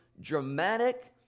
dramatic